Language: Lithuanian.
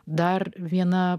dar viena